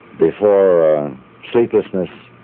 before sleeplessness,